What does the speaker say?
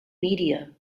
media